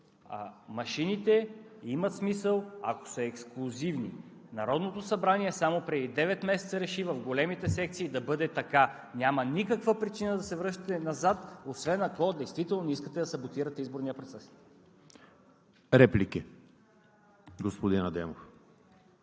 машините имат смисъл, ако са ексклузивни. Народното събрание само преди девет месеца реши в големите секции да бъде така. Няма никаква причина да се връщате назад, освен ако действително искате да саботирате изборния процес. ПРЕДСЕДАТЕЛ